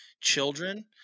children